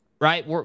right